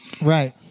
Right